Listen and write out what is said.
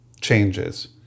changes